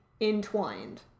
entwined